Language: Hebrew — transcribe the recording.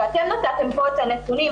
ואתם נתתם פה את הנתונים.